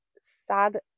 sad